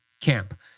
camp